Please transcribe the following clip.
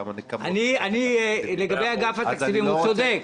כמה נקמות --- לגבי אגף התקציבים הוא צודק.